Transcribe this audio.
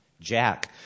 Jack